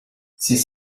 c’est